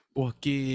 porque